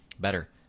Better